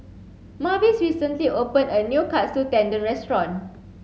Mavis recently opened a new Katsu Tendon restaurant